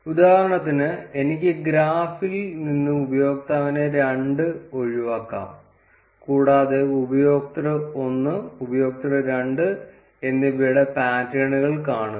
ഉദാഹരണത്തിന് എനിക്ക് ഗ്രാഫിൽ നിന്ന് ഉപയോക്താവിനെ 2 ഒഴിവാക്കാം കൂടാതെ ഉപയോക്തൃ 1 ഉപയോക്തൃ 2 എന്നിവയുടെ പാറ്റേണുകൾ കാണുക